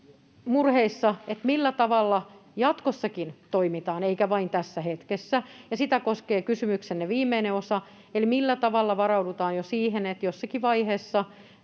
millä tavalla jatkossakin toimitaan, eikä vain tässä hetkessä. Sitä koskee kysymyksenne viimeinen osa, eli millä tavalla varaudutaan jo siihen, että jossakin vaiheessa